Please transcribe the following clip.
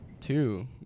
Two